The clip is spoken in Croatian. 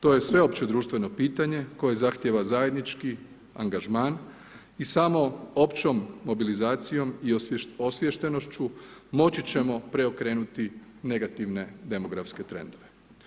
To je sveopće društveno pitanje koje zahtjeva zajednički angažman i samo općom mobilizacijom i osviještenošću moći ćemo preokrenuti negativne demografske trendove.